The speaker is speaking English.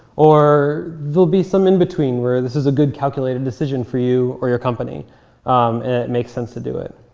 or there'll be some in-between where this is a good calculated decision for you or your company, and it makes sense to do it.